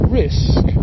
risk